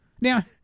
now